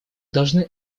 должны